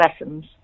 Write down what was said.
lessons